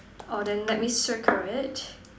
orh then let me circle it